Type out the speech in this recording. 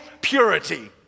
purity